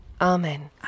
Amen